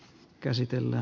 julkisuuteen